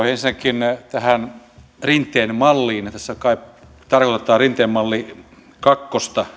ensinnäkin tähän rinteen malliin ja tässä kai tarkoitetaan rinteen malli kahta